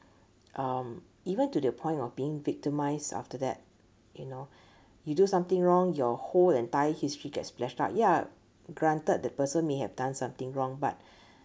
um even to the point of being victimised after that you know you do something wrong your whole entire history get splashed out ya granted the person may have done something wrong but